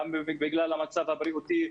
גם בגלל המצב הבריאותי,